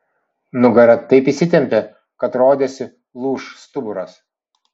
nugara taip įsitempė kad rodėsi lūš stuburas